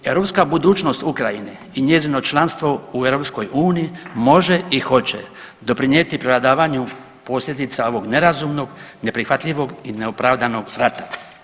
Europska budućnost Ukrajine i njezino članstvo u EU može i hoće doprinjeti prevladavanju posljedica ovog nerazumnog, neprihvatljivog i neopravdanog rata.